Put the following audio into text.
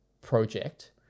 project